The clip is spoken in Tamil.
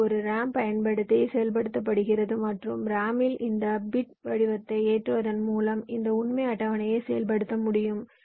டி ஒரு ரேம் பயன்படுத்தி செயல்படுத்தப்படுகிறது மற்றும் ரேமில் இந்த பிட் வடிவத்தையும் ஏற்றுவதன் மூலம் இந்த உண்மை அட்டவணையையும் செயல்படுத்த முடியும்